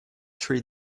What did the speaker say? three